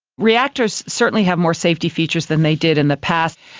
reactors certainly have more safety features than they did in the past,